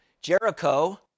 Jericho